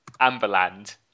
amberland